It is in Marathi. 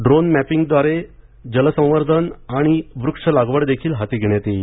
ड्रोन मॅपिंगद्वारे जल संवर्धन आणि वृक्ष लागवड देखील हाती घेण्यात येईल